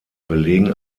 belegen